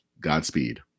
Godspeed